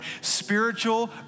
Spiritual